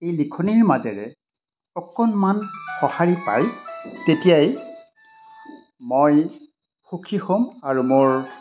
এই লিখনিৰ মাজেৰে অকণমান সহাঁৰি পায় তেতিয়াই মই সুখী হ'ম আৰু মোৰ